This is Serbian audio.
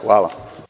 Hvala.